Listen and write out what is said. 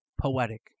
Poetic